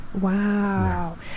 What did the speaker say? wow